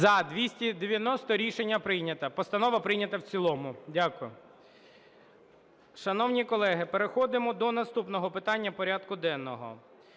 За-290 Рішення прийнято. Постанова прийнята в цілому. Дякую. Шановні колеги, переходимо до наступного питання порядку денного.